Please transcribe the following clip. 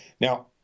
Now